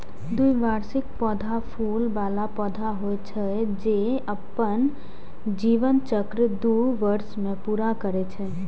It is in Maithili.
द्विवार्षिक पौधा फूल बला पौधा होइ छै, जे अपन जीवन चक्र दू वर्ष मे पूरा करै छै